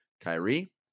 Kyrie